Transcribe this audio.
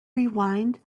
rewind